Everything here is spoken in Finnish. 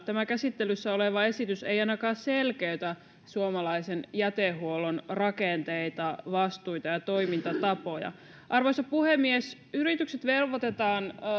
tämä käsittelyssä oleva esitys ei ainakaan selkeytä suomalaisen jätehuollon rakenteita vastuita ja toimintatapoja arvoisa puhemies yritykset velvoitetaan